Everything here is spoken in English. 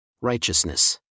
Righteousness